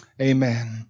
Amen